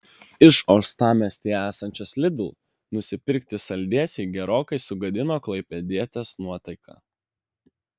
iš uostamiestyje esančios lidl nusipirkti saldėsiai gerokai sugadino klaipėdietės nuotaiką